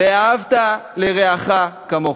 "ואהבת לרעך כמוך".